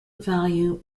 value